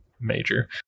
major